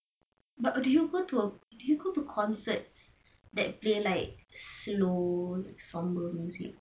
but do you go to do you go to concerts that play like slow somber music